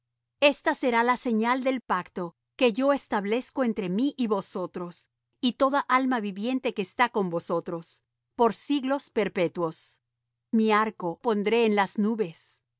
esta será la señal del pacto que yo establezco entre mí y vosotros y toda alma viviente que está con vosotros por siglos perpetuos mi arco pondré en las nubes